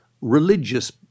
religious